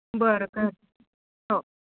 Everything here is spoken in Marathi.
बरं काय हरकत नाही हो